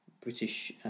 British